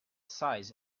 size